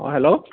অঁ হেল্ল'